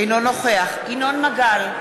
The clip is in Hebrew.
אינו נוכח ינון מגל,